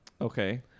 Okay